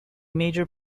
major